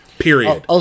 Period